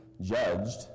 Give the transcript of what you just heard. judged